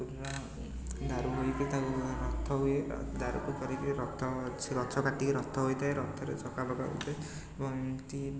ପୁରୀର ଦାରୁ ହେଇକି ତାକୁ ରଥ ହୁଏ ଦାରୁକୁ ଧରିକି ରଥ ଗଛ କାଟିକି ରଥ ହୋଇଥାଏ ରଥରେ ଚକା ଲଗା ହେଇଥାଏ ଏବଂ ଏମିତି